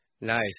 Nice